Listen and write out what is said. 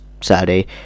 Saturday